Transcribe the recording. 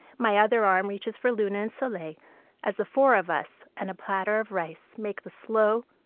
my other arm reaches for luna and soleil as the four of us and a platter of rice make the slow,